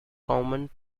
common